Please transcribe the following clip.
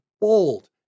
bold